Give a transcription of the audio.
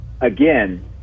again